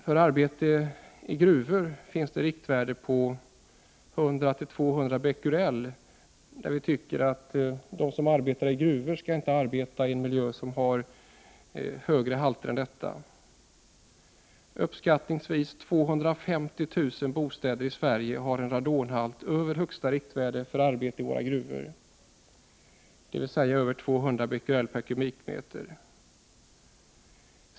För arbete i gruvor finns det ett riktvärde på 100-200 Bq m?.